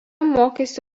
mokėsi